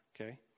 okay